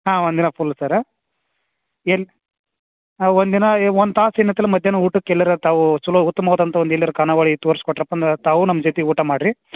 ಹಾಂ ಒಂದಿನ full sir ಏನು ಹಾಂ ಒಂದಿನ ಒಂದು ತಾಸು ಏನಂತಿಲ್ಲ ಮಧ್ಯಾಹ್ನ ಊಟಕ್ಕೆ ಎಲ್ಲಾರು ತಾವು ಚಲೋ ಉತ್ತಮವಾದಂಥ ಒಂದು ಎಲ್ಲಾರ ಖಾನಾವಳಿ ತೋರ್ಸಿ ಕೊಟ್ರಪ್ಪ ಅಂದರೆ ತಾವು ನಮ್ಮ ಜೊತಿಗೆ ಊಟ ಮಾಡ್ರಿ